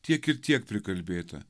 tiek ir tiek prikalbėta